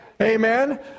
Amen